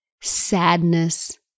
sadness